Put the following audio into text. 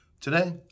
Today